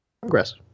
Progress